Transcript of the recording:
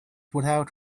without